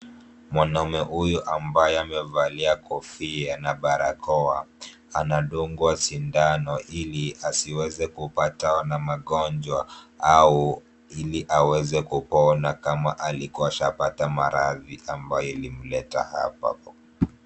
Mwanaume huyu ambaye amevalia kofia na barakoa anadungwa sindano ili asiweze kupatwa na magonjwa au, ili aweze kupona kama alikua ashapata maradhi ambayo ilimleta hapa.